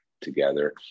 together